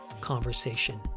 conversation